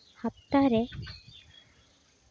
ᱦᱟᱯᱛᱟ ᱦᱚᱸ ᱨᱮ